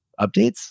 updates